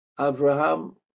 Abraham